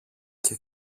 και